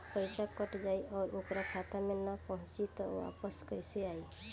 पईसा कट जाई और ओकर खाता मे ना पहुंची त वापस कैसे आई?